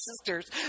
Sisters